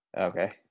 okay